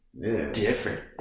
different